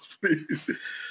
please